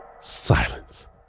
Silence